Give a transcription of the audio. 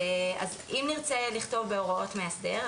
אם נרצה לכתוב בהוראות מאסדר,